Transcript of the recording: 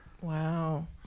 Wow